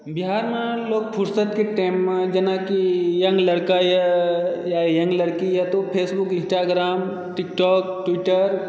बिहारमे लोक फुर्सतके टाइममे जेनाकि यंग लड़का यऽ वा यंग लड़की यऽ तऽ ओ फेसबुक इन्स्टाग्राम टिकटॉक ट्विटर